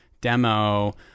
demo